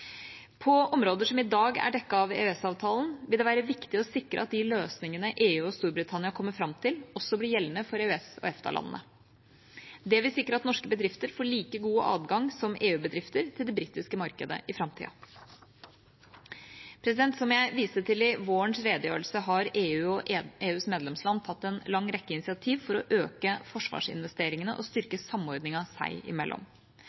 På områder som i dag er dekket av EØS-avtalen, vil det være viktig å sikre at de løsningene EU og Storbritannia kommer fram til, også blir gjeldende for EØS/EFTA-landene. Det vil sikre at norske bedrifter får like god adgang som EU-bedrifter til det britiske markedet i framtida. Som jeg viste til i vårens redegjørelse, har EU og EUs medlemsland tatt en lang rekke initiativ for å øke forsvarsinvesteringene og styrke samordningen seg imellom.